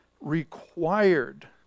required